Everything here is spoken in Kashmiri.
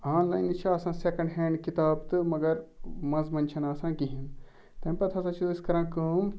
آن لایَن یہِ چھِ آسان سیکَنٛڈ ہینٛڈ کِتاب تہٕ مگر منٛزٕ منٛزٕ چھَنہٕ آسان کِہیٖنٛۍ تَمہِ پَتہٕ ہَسا چھِ أسۍ کَران کٲم